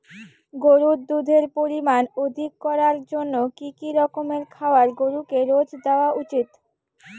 গরুর দুধের পরিমান অধিক করার জন্য কি কি রকমের খাবার গরুকে রোজ দেওয়া উচিৎ?